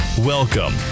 Welcome